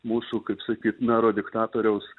mūsų kaip sakyt mero diktatoriaus